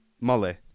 Molly